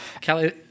Kelly